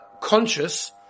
conscious